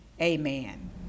Amen